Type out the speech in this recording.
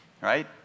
right